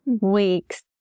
weeks